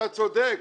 אתה צודק.